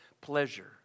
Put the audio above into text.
pleasure